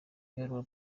ibaruwa